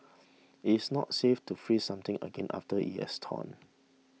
it is not safe to freeze something again after it has thawed